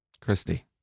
Christy